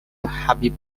habib